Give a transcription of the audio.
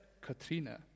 Katrina